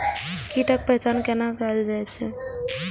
कीटक पहचान कैना कायल जैछ?